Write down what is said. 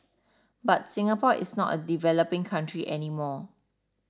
but Singapore is not a developing country any more